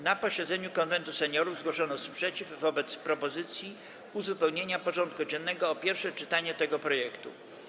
Na posiedzeniu Konwentu Seniorów zgłoszono sprzeciw wobec propozycji uzupełnienia porządku dziennego o pierwsze czytanie tego projektu.